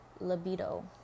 libido